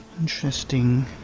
Interesting